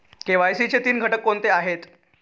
KYC चे तीन घटक कोणते आहेत?